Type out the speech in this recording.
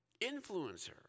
Influencer